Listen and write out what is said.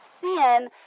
sin